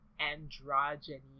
androgyny